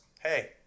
hey